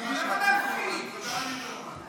זה מה, חברי הכנסת, רוצים לשמוע את ההחלטה?